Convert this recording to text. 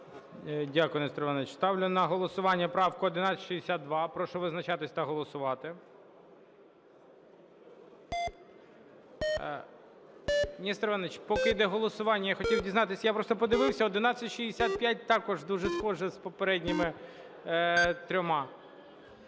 Дякую, Несторе Івановичу. Ставлю на голосування правку 1162. Прошу визначатись та голосувати. Несторе Івановичу, поки йде голосування, я хотів дізнатися, я просто подивився 1165, дуже також схожа з попередніми трьома.